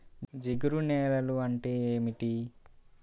జిగురు నేలలు అంటే ఏమిటీ?